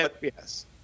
yes